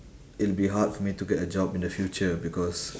it'll be hard for me to get a job in the future because